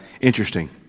interesting